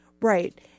Right